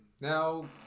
Now